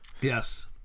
Yes